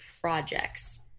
projects